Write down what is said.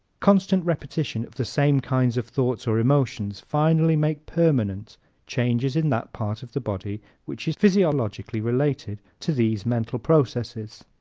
constant repetition of the same kinds of thoughts or emotions finally makes permanent changes in that part of the body which is physiologically related to these mental processes.